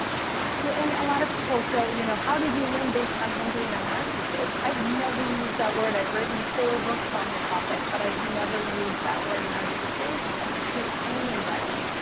a lot of people, so you know how did you win based on him being a narcissist? i've never used that word. i've written four books on the topic, but i've never used that word narcissist to anybody.